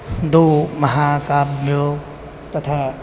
द्वौ महाकाव्यौ तथा